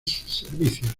servicios